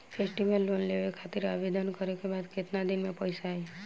Festival loan लेवे खातिर आवेदन करे क बाद केतना दिन म पइसा आई?